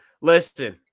listen